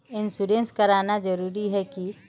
Insurance कराना जरूरी ही है की?